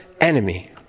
enemy